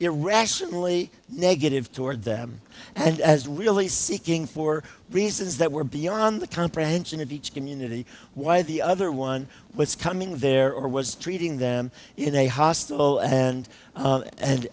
irrationally negative toward them and as really seeking for reasons that were beyond the comprehension of each community why the other one was coming there or was treating them in a hostile and